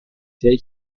hanaud